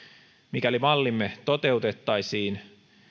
mikäli mallimme toteutettaisiin